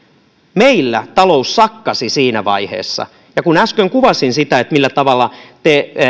meillä talous sakkasi siinä vaiheessa kun äsken kuvasin sitä millä tavalla